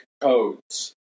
codes